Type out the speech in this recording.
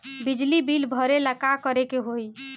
बिजली बिल भरेला का करे के होई?